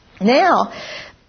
Now